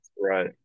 Right